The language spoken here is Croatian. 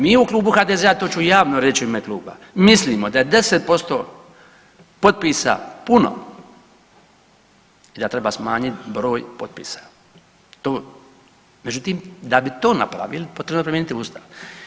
Mi u Klubu HDZ-a, to ću javno reći u ime Kluba, mislimo da je 10% potpisa puno i da treba smanjiti broj potpisa, to, međutim da bi to napravili, potrebno je promijeniti Ustav.